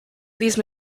these